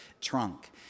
trunk